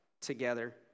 together